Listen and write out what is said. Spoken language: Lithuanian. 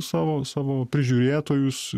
savo savo prižiūrėtojus